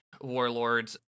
warlords